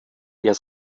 der